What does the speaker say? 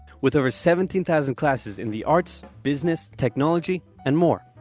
with over seventeen thousand classes in the arts, business, technology and more.